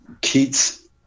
Keats